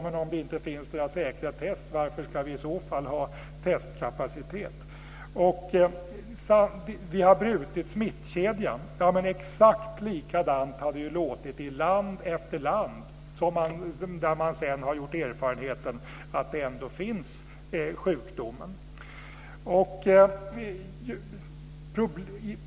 Men om det inte finns några säkra test, varför ska vi i så fall ha testkapacitet? Hon säger: Vi har brutit smittkedjan. Ja, men exakt likadant har det låtit i land efter land där man sedan har gjort erfarenheten att sjukdomen ändå finns.